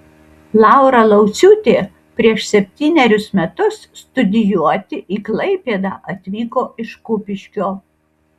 laura lauciūtė prieš septynerius metus studijuoti į klaipėdą atvyko iš kupiškio